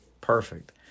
Perfect